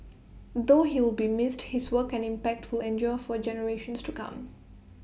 though he will be missed his work and impact will endure for generations to come